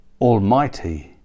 Almighty